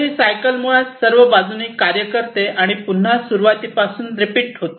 तर ही सायकल मुळात सर्व बाजूंनी कार्य करते आणि पुन्हा सुरवातीपासून रिपीट होते